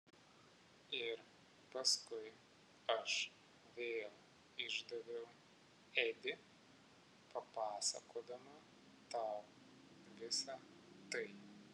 ir paskui aš vėl išdaviau edį papasakodama tau visa tai